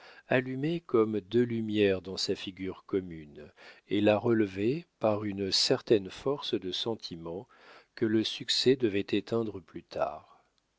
allumaient comme deux lumières dans sa figure commune et la relevaient par une certaine force de sentiment que le succès devait éteindre plus tard